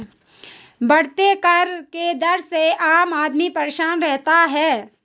बढ़ते कर के दर से आम आदमी परेशान रहता है